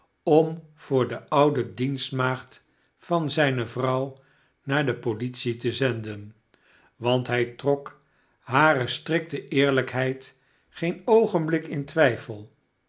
om voor de oude dienstmaagd van zijne vrouw naar de politie te zenden want hij trot hare strikte eerlijkheid geen oogenblik in twijfel